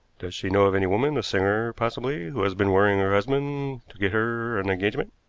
does she know of any woman, a singer possibly, who has been worrying her husband to get her an engagement?